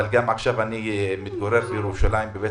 אבל עכשיו אני גם מתגורר בירושלים בבית